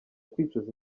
kwicuza